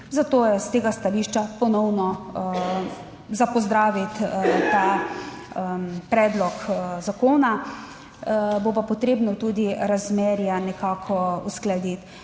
Zato je s tega stališča ponovno za pozdraviti ta predlog zakona. Bo pa potrebno tudi razmerja nekako uskladiti.